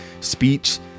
speech